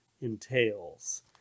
entails